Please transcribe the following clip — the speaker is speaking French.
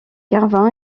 carvin